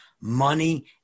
money